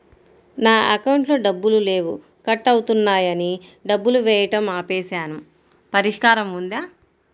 నా అకౌంట్లో డబ్బులు లేవు కట్ అవుతున్నాయని డబ్బులు వేయటం ఆపేసాము పరిష్కారం ఉందా?